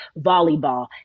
volleyball